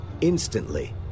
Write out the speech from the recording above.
Instantly